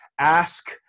Ask